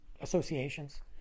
associations